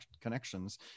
connections